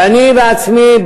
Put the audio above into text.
ואני בעצמי,